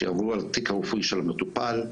שיעברו על התיק הרפואי של המטופל,